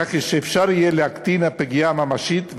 כך שאפשר יהיה להקטין את הפגיעה הממשית,